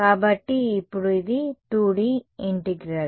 కాబట్టి ఇప్పుడు ఇది 2D ఇంటిగ్రల్